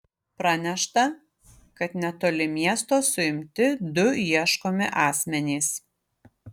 pranešta kad netoli miesto suimti du ieškomi asmenys